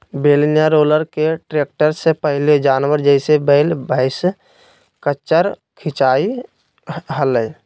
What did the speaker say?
बेलन या रोलर के ट्रैक्टर से पहले जानवर, जैसे वैल, भैंसा, खच्चर खीचई हलई